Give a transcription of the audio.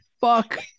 Fuck